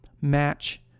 match